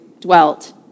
dwelt